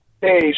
Hey